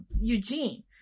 Eugene